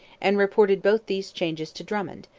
and reported both these changes to drummond,